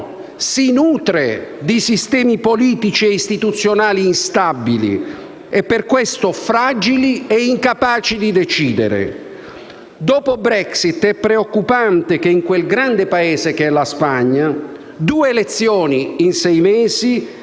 si nutre di sistemi politici e istituzionali instabili e, per questo, fragili e incapaci di decidere. Dopo la Brexit è preoccupante che in un grande Paese come la Spagna si siano svolte due elezioni in sei mesi